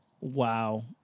Wow